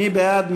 מי בעד?